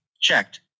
checked